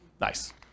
Nice